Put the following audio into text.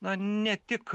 na ne tik